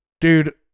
dude